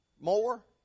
more